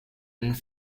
and